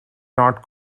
not